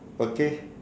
okay